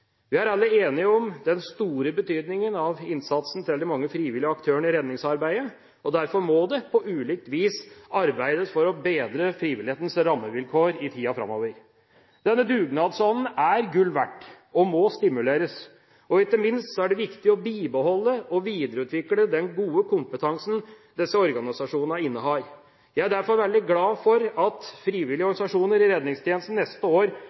Vi er alle enige om den store betydningen av innsatsen til de mange frivillige aktørene i redningsarbeidet, og derfor må det på ulikt vis arbeides for å bedre frivillighetens rammevilkår i tiden framover. Denne dugnadsånden er gull verdt og må stimuleres. Og ikke minst er det viktig å bibeholde og videreutvikle den gode kompetansen disse organisasjonene innehar. Jeg er derfor veldig glad for at frivillige organisasjoner i redningstjenesten neste år